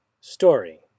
story